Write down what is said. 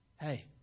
Hey